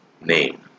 name